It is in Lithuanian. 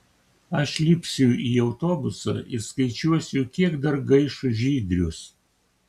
aš lipsiu į autobusą ir skaičiuosiu kiek dar gaiš žydrius